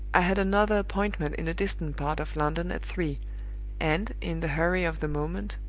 i had another appointment in a distant part of london at three and, in the hurry of the moment,